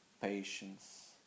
patience